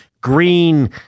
green